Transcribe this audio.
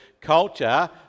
culture